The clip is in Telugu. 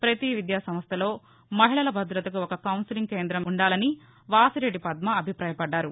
ప్రతీ విద్యాసంస్టలో మహిళల భద్రతకు ఒక కౌన్సిలింగ్ కేంద్రం ఉండాలని వాసిరెడ్డి పద్మ అభిపాయపడ్డారు